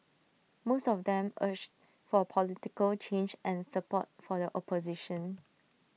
most of them urged for political change and support for the opposition